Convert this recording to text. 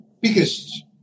biggest